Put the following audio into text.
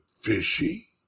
fishy